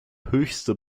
höchste